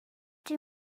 dwi